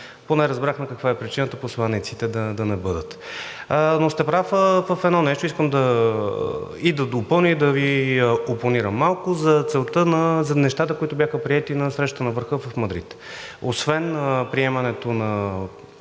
поне разбрахме каква е причината посланиците да не бъдат. Но сте прав в едно нещо – искам и да допълня, и да Ви опонирам малко за целта на нещата, които бяха приети на Срещата на върха в Мадрид. Освен приемането на